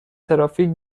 ترافیک